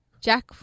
Jack